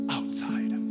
Outside